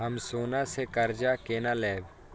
हम सोना से कर्जा केना लैब?